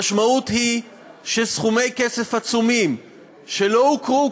המשמעות היא שסכומי כסף עצומים שלא הוכרו